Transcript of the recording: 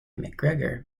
mcgregor